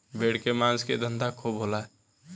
भेड़ के मांस के धंधा खूब होला